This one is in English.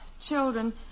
children